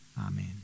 Amen